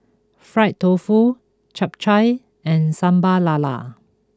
Fried Tofu Chap Chai and Sambal Lala